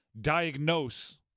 diagnose